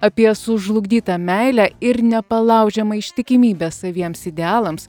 apie sužlugdytą meilę ir nepalaužiamą ištikimybę saviems idealams